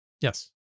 Yes